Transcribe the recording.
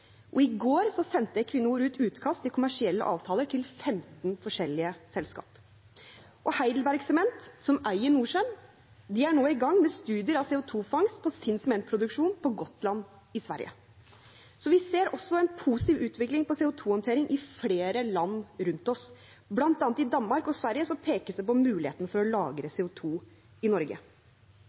I går sendte Equinor utkast til kommersielle avtaler til 15 forskjellige selskaper. HeidelbergCement, som eier Norcem, er nå i gang med studier av CO 2 -fangst ved sin sementproduksjon på Gotland i Sverige. Så vi ser også en positiv utvikling på CO 2 -håndtering i flere land rundt oss. Blant annet i Danmark og Sverige pekes det på muligheten for å lagre CO 2 i Norge.